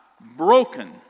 broken